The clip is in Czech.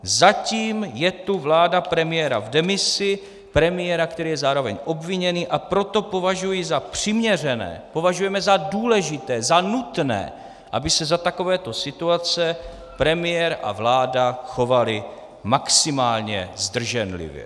Zatím je tu vláda premiéra v demisi, premiéra, který je zároveň obviněný, a proto považuji za přiměřené, považujeme za důležité, za nutné, aby se za takovéto situace premiér a vláda chovali maximálně zdrženlivě.